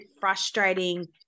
frustrating